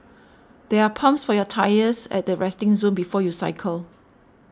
there are pumps for your tyres at the resting zone before you cycle